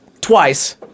twice